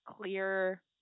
clear